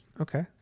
okay